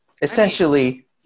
Essentially